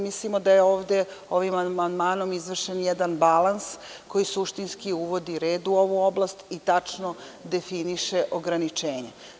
Mislimo da je ovde izvršen jedan balans koji suštinski uvodi red u ovu oblast i tačno definiše ograničenje.